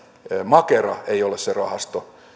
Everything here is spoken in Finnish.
makera ei ole se rahasto